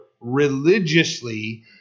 religiously